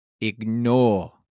Ignore